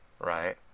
right